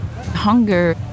hunger